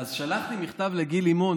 אז שלחתי מכתב לגיל לימון,